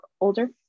older